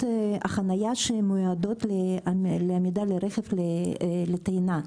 חניה המיועדים לעמידה לרכב לשם טעינה.